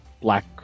black